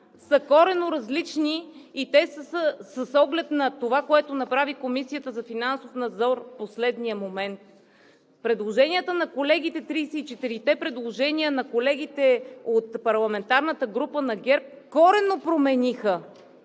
са коренно различни и те са с оглед на това, което направи Комисията за финансов надзор, в последния момент. Тридесет и четирите предложения на колегите от парламентарната група на ГЕРБ коренно промениха